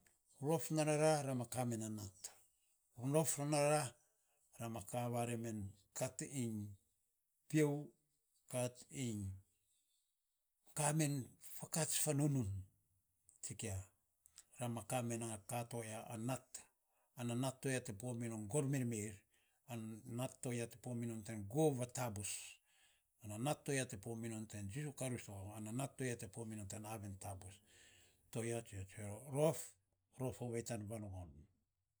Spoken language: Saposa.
Rof nana ra, ra ma ka me na nat, rof nanara, ra ma ka vare men kat tan piou, kat iny ka men fakats fa nunun, tsika rama ka me na ka toaya na nat, ana nat toya te pomi non gormirmir ana nat to ya te po mi non gov z taabos ana nat to ya te po mi non ten jisu karisto ananat toy pomi non tan aven taabos. To yia sa nyo tsue rou, rof, rof. rof ovei tan varogon.